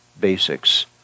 basics